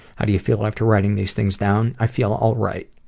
how do you feel after writing these things down? i feel alright.